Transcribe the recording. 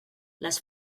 les